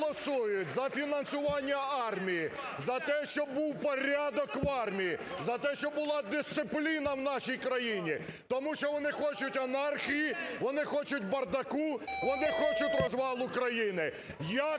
вони хочуть бардаку, вони хочуть розвалу країни. Як